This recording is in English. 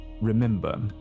remember